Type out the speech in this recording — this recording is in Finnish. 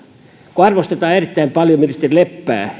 kun arvostetaan yli puoluerajojen erittäin paljon ministeri leppää